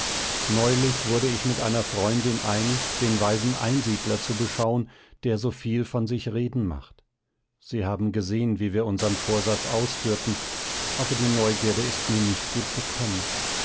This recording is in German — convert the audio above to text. neulich wurde ich mit einer freundin einig den weisen einsiedler zu beschauen der so viel von sich reden macht sie haben gesehen wie wir unsern vorsatz ausführten aber die neugierde ist mir nicht gut bekommen